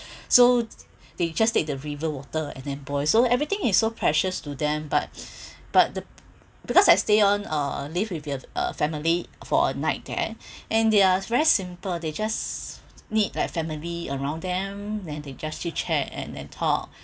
so they just take the river water and then boil so everything is so precious to them but but the because I stay on uh live with uh family for a night there and they're very simple they just need like family around them then they just chit chat and then talk